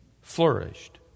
flourished